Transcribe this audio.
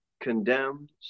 Condemned